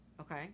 Okay